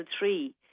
three